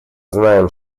знаем